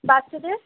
বাচ্চাদের